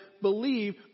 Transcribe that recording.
believe